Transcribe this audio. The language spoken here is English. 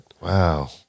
Wow